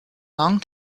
long